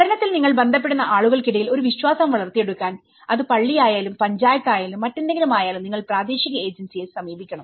പഠനത്തിൽ നിങ്ങൾ ബന്ധപ്പെടുന്ന ആളുകൾക്കിടയിൽ ഒരു വിശ്വാസം വളർത്തിയെടുക്കാൻ അത് പള്ളിയായാലും പഞ്ചായത്തായാലും മറ്റെന്തെങ്കിലും ആയാലും നിങ്ങൾ പ്രാദേശിക ഏജൻസിയെ സമീപിക്കണം